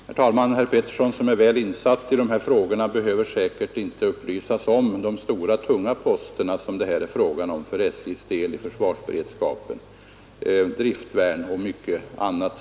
Herr talman! Herr Petersson i Gäddvik, som är väl insatt i dessa frågor, behöver säkerligen inte upplysas om de stora och tunga poster som SJ:s del i försvarsberedskapen omfattar — driftvärn och mycket annat.